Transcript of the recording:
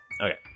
Okay